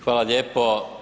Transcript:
Hvala lijepo.